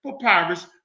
Papyrus